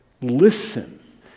Listen